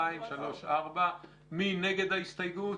מי נגד ההסתייגות?